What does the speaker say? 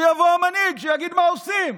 שיבוא המנהיג, שיגיד מה עושים.